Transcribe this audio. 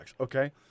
okay